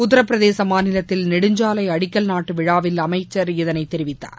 உத்தரப்பிரதேச மாநிலத்தில் நெடுஞ்சாலை அடிக்கல் நாட்டு விழாவில் அமைச்சர் இதனைத் தெரிவித்தார்